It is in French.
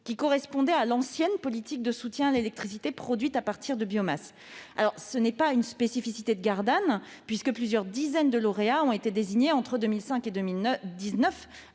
correspondant à l'ancienne politique de soutien à l'électricité produite à partir de biomasse. J'y insiste, ce n'est pas une spécificité de Gardanne : plusieurs dizaines de lauréats ont été désignés entre 2005 et 2019,